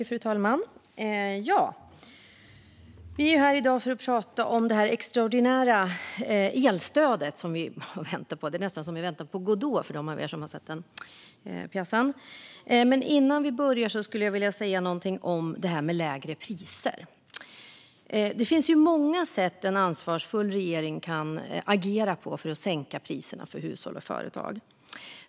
Fru talman! Vi är här i dag för att prata om det extraordinära elstödet, som vi har väntat på. Det har nästan varit som att vänta på Godot, för dem av er som sett den pjäsen. Till att börja med skulle jag vilja säga någonting om detta med lägre priser. Det finns många sätt en ansvarsfull regering kan agera på för att sänka priserna för hushåll och företag.